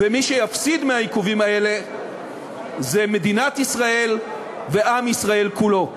ומי שיפסידו מהעיכובים האלה הם מדינת ישראל ועם ישראל כולו.